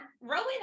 rowan